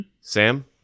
Sam